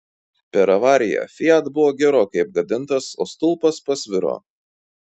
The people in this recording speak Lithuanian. per avariją fiat buvo gerokai apgadintas o stulpas pasviro